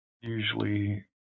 Usually